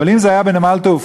אבל אם זה היה בנמל תעופה,